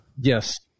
Yes